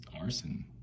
arson